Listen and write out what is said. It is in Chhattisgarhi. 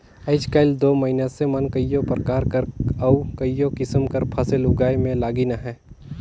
आएज काएल दो मइनसे मन कइयो परकार कर अउ कइयो किसिम कर फसिल उगाए में लगिन अहें